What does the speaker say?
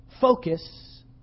focus